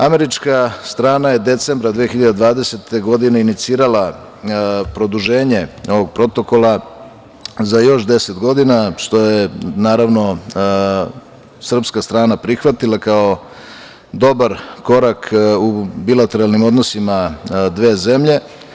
Američka strana je decembra 2020. godine inicirala produženje ovog Protokola za još deset godina, što je srpska strana prihvatila kao dobar korak u bilateralnim odnosima dve zemlje.